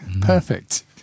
Perfect